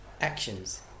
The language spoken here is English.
actions